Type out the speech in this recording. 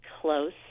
close